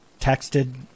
texted